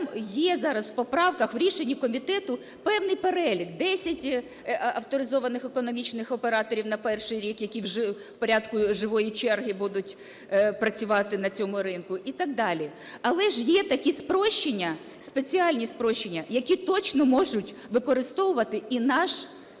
є зараз в поправках, в рішенні комітету певний перелік, 10 авторизованих економічних операторів на перший рік, які в порядку живої черги будуть працювати на цьому ринку і так далі. Але ж є такі спрощення, спеціальні спрощення, які точно може використовувати і наш середній